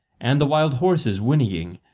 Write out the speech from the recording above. and the wild horses whinnying,